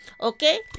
Okay